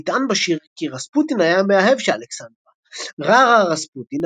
נטען בשיר כי רספוטין היה המאהב של אלכסנדרה "רא רא רספוטין,